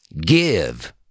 Give